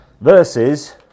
versus